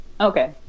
Okay